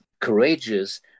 courageous